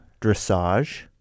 dressage